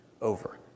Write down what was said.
over